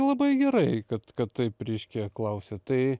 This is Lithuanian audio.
labai gerai kad kad taip reiškia klausiat tai